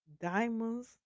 Diamonds